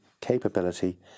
capability